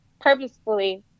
purposefully